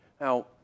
Now